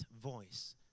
voice